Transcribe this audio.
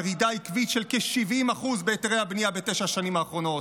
ירידה עקבית של כ-70% בהיתרי הבנייה בתשע השנים האחרונות,